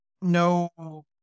no